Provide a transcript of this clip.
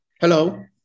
Hello